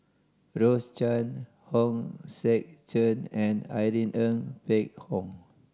Rose Chan Hong Sek Chern and Irene Ng Phek Hoong